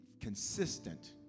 consistent